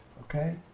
okay